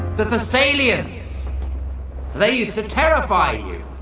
the thessalians they used to terrify you!